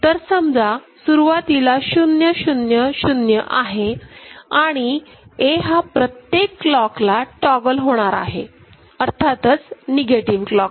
तर समजा सुरुवातीला 000 आहे आणि A हा प्रत्येक क्लॉक ला टॉगल होणार आहे अर्थातच निगेटिव्ह क्लॉक